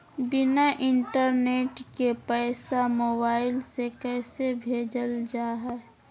बिना इंटरनेट के पैसा मोबाइल से कैसे भेजल जा है?